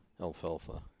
Alfalfa